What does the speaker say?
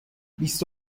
بیست